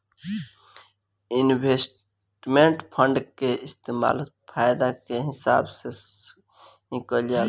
investment fund के इस्तेमाल फायदा के हिसाब से ही कईल जाला